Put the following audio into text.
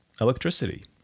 electricity